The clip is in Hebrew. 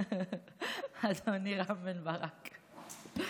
אדוני רם בן ברק,